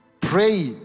Pray